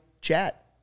chat